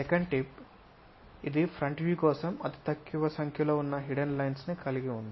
second tip ఇది front view కోసం అతి తక్కువ సంఖ్యలో ఉన్న హిడెన్ లైన్స్ ను కలిగి ఉంది